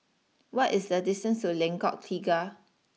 what is the distance to Lengkok Tiga